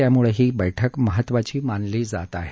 त्यामुळे ही बैठक महत्वाची मानली जात आहे